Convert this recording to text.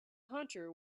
hunter